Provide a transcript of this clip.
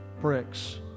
bricks